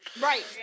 Right